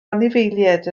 anifeiliaid